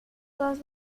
todas